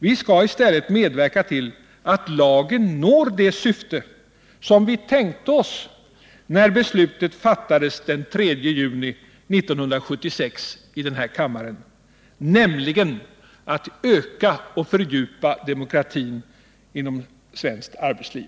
Vi skall i stället medverka till att lagen når det syfte som vi tänkte oss när beslutet fattades den 3 juni 1976 i denna kammare — nämligen att öka och fördjupa demokratin inom svenskt arbetsliv.